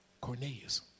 Cornelius